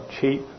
cheap